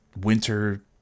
winter